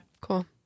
Cool